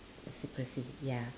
a secrecy ya